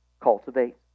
cultivate